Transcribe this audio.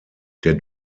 der